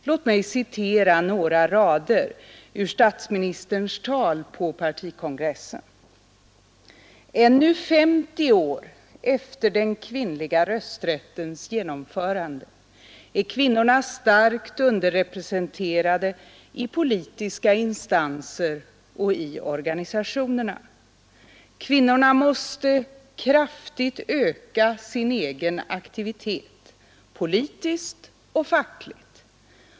Låt mig citera några rader ur statsministerns tal på partikongressen: ”Ännu 50 år efter den kvinnliga rösträttens genomförande är kvinnorna starkt underrepresenterade i politiska instanser och i organisationerna. Kvinnorna måste kraftigt öka sin egen aktivitet, politiskt och fackligt.